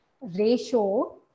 ratio